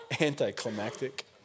Anticlimactic